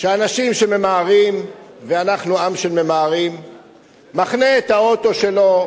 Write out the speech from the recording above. שחבר הכנסת דואן, הטכניקה עדיין לא סודרה אצלו,